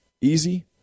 easy